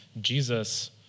Jesus